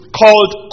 called